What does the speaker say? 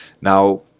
Now